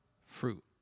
fruit